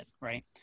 Right